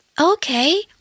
Okay